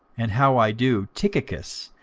and how i do, tychicus,